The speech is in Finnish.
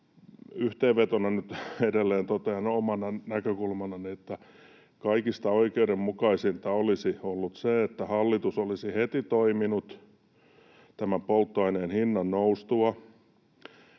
yhteenvetona nyt edelleen totean omana näkökulmanani, että kaikista oikeudenmukaisinta olisi ollut se, että hallitus olisi heti toiminut polttoaineen hinnan noustua.